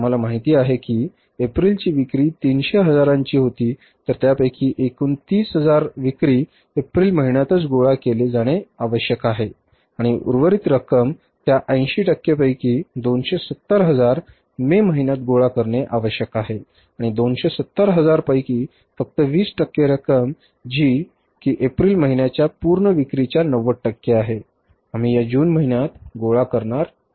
आम्हाला माहिती आहे की एप्रिलची विक्री 300 हजारांची होती तर त्यापैकी एकूण 30000 विक्री एप्रिल महिन्यातच गोळा केले जाणे आवश्यक आहे आणि उर्वरित रक्कम त्या 80 टक्के पैकी 270 हजार मे महिन्यात गोळा करणे आवश्यक आहे आणि 270 हजार पैकी फक्त 20 टक्के रक्कम जी कि एप्रिल महिन्याच्या पूर्ण विक्रीच्या 90 टक्के आहे आम्ही या जून महिन्यात गोळा करणार आहोत